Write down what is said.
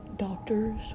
doctors